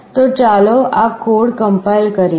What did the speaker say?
તો ચાલો આ કોડ કમ્પાઇલ કરીએ